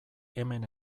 hemen